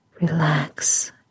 Relax